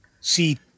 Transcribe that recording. See